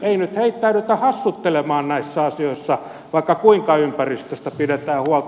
ei nyt heittäydytä hassuttelemaan näissä asioissa vaikka kuinka ympäristöstä pidetään huolta